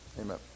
Amen